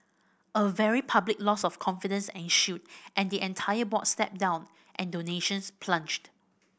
a very public loss of confidence ensued and the entire board stepped down and donations plunged